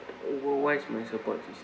wh~ why my support is